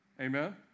Amen